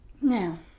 now